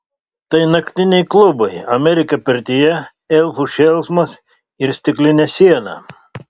tai naktiniai klubai amerika pirtyje elfų šėlsmas ir stiklinė siena